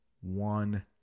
one